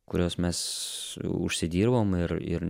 kuriuos mes užsidirbom ir ir